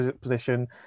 position